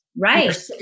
right